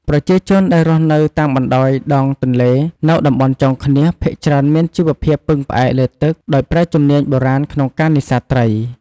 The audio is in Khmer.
ប្រជាជនដែលរស់នៅតាមបណ្ដោយដងទន្លេ នៅតំបន់ចុងឃ្នាស ភាគច្រើនមានជីវភាពពឹងផ្អែកលើទឹក ដោយប្រើជំនាញបុរាណក្នុងការនេសាទត្រី។